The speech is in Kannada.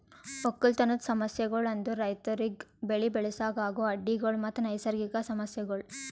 ಒಕ್ಕಲತನದ್ ಸಮಸ್ಯಗೊಳ್ ಅಂದುರ್ ರೈತುರಿಗ್ ಬೆಳಿ ಬೆಳಸಾಗ್ ಆಗೋ ಅಡ್ಡಿ ಗೊಳ್ ಮತ್ತ ನೈಸರ್ಗಿಕ ಸಮಸ್ಯಗೊಳ್